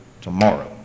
tomorrow